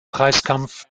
preiskampf